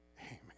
Amen